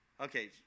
Okay